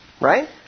Right